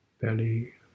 Belly